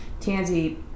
Tansy